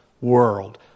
world